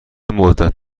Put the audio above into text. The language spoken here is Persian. مدت